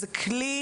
זה כלי